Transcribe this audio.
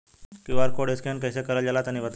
QR code scan कैसे क़रल जला तनि बताई?